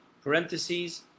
parentheses